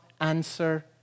answer